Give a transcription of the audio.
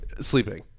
sleeping